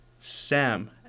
Sam